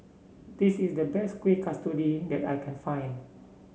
this is the best Kueh Kasturi that I can find